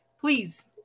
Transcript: Please